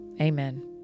Amen